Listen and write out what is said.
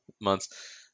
months